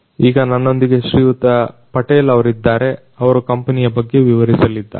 ಈಗ ನನ್ನೊಂದಿಗೆ ಶ್ರೀಯುತ ಪಟೇಲ್ ಅವರಿದ್ದಾರೆ ಅವರು ಕಂಪನಿಯ ಬಗ್ಗೆ ವಿವರಿಸಲಿದ್ದಾರೆ